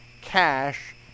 cash